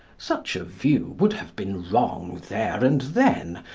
such a view would have been wrong there and then,